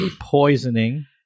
poisoning